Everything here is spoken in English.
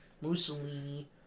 Mussolini